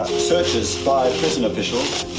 searches by prison officials,